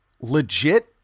legit